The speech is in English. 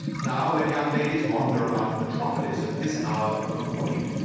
now, when young ladies wander about the metropolis at this hour of the morning,